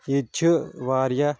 ییٚتہِ چھِ واریاہ